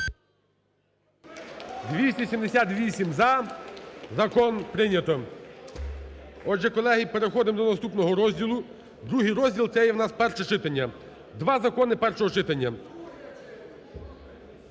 За-278 Закон прийнято. Отже, колеги, переходимо до наступного розділу. Другий розділ – це є в нас перше читання. Два закони першого читання.